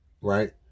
right